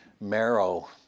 marrow